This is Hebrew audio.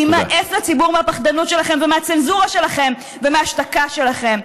יימאס לציבור מהפחדנות שלכם ומהצנזורה שלכם ומההשתקה שלכם.